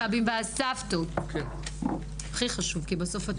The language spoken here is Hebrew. הסבים והסבתות, בבקשה.